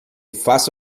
faça